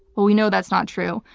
well, we know that's not true.